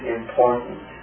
important